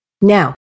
Now